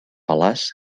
fal·laç